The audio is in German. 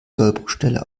sollbruchstelle